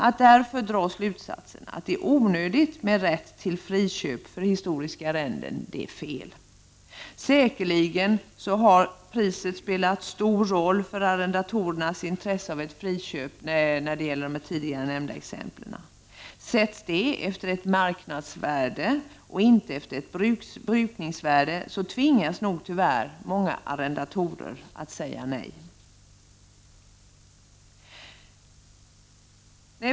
Att därför dra slutsatsen att det är onödigt med rätt till friköp av historiska arrenden är fel. Säkerligen har priset spelat stor roll för arrendatorernas intresse av ett friköp när det gäller de tidigare nämnda exemplen. Sätts priset efter marknadsvärde och inte efter brukningsvärde tvingas nog tyvärr många arrendatorer att tacka nej till friköp.